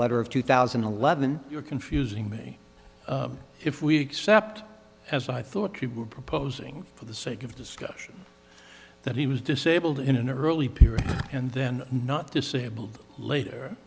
letter of two thousand and eleven you're confusing me if we accept as i thought you were proposing for the sake of discussion that he was disabled in an early period and then not